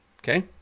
Okay